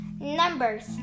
Numbers